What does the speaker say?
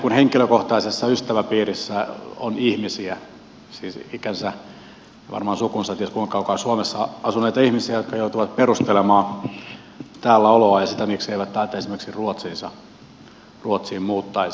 ihan henkilökohtaisessa ystäväpiirissäni on ihmisiä siis ikänsä ja varmaan sukunsa ties kuinka kauan suomessa asuneita ihmisiä jotka joutuvat perustelemaan täällä oloaan ja sitä mikseivät täältä esimerkiksi ruotsiin muuttaisi